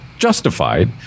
Justified